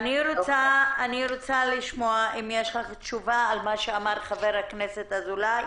אני רוצה לשמוע אם יש לך תשובה לשאלה של חבר הכנסת אזולאי.